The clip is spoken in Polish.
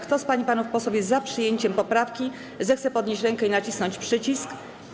Kto z pań i panów posłów jest za przyjęciem poprawki, zechce podnieść rękę i nacisnąć przycisk.